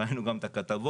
ראינו גם את הכתבות,